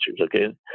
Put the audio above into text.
Okay